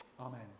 Amen